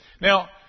Now